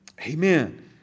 Amen